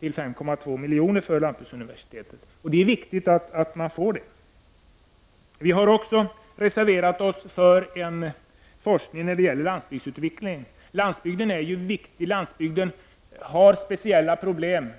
3 att 5,2 milj.kr. utöver regeringens förslag bör anslås till lantbruksuniversitetet för detta ändamål. Det är viktigt att man får de medlen. Vi i centerpartiet har också avgivit en reservation om forskning om landsbygdsutveckling. Landsbygden är viktig och har speciella problem.